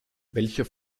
welcher